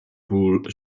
půl